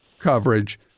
coverage